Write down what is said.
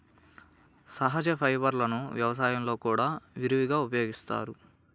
సహజ ఫైబర్లను వ్యవసాయంలో కూడా విరివిగా ఉపయోగిస్తారు